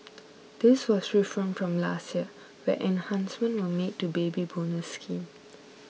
this was different from last year where enhancements were made to Baby Bonus scheme